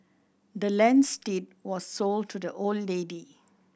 the land's deed was sold to the old lady